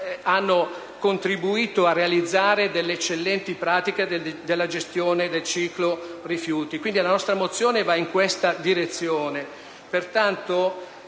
Grazie